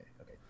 Okay